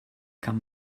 kann